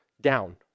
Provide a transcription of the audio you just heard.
down